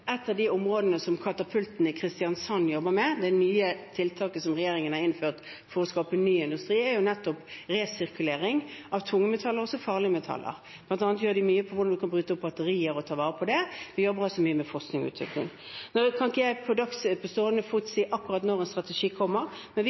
Et av de områdene som katapulten i Kristiansand jobber med, det nye tiltaket som regjeringen har innført for å skape ny industri, er nettopp resirkulering av tungmetaller og også farlige metaller. Blant annet gjør de mye med tanke på hvordan en kan bryte opp batterier og ta vare på dette. Vi jobber også mye med forskning og utvikling. Jeg kan ikke på stående fot si akkurat når en strategi kommer, men vi